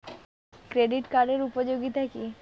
Credit কার্ডের উপযোগিতা কি?